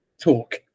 talk